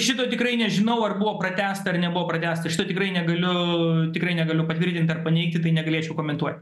šito tikrai nežinau ar buvo pratęsta ar nebuvo pratęsta šito tikrai negaliu tikrai negaliu patvirtint ar paneigti tai negalėčiau komentuoti